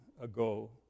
ago